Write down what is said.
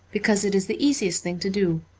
because it is the easiest thing to do.